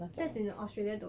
that's in australia though